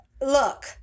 look